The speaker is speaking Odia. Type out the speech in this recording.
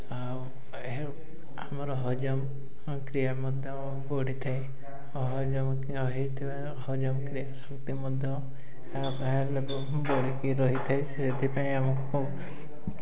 ଆଉ ଆମର ହଜମ କ୍ରିୟା ମଧ୍ୟ ବଢ଼ିଥାଏ ହଜମ ହେଇଥିବା ହଜମ କ୍ରିୟା ମଧ୍ୟ ବଢ଼ିକି ରହିଥାଏ ସେଥିପାଇଁ ଆମକୁ